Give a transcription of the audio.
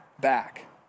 back